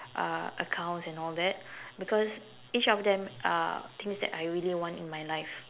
uh accounts and all that because each of them uh things that I really want in my life